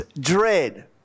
dread